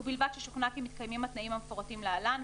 ובלבד ששוכנע כי מתקיימים התנאים המפורטים להלן,